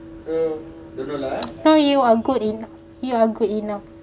no you are good en~ you are good enough